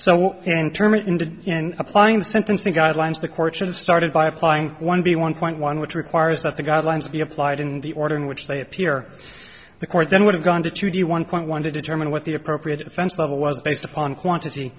in applying the sentencing guidelines the court should have started by applying one b one point one which requires that the guidelines be applied in the order in which they appear the court then would have gone to the one point one to determine what the appropriate offense level was based upon quantity